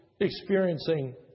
experiencing